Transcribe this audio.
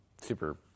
super